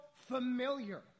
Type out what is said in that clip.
familiar